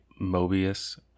Mobius